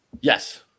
Yes